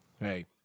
Hey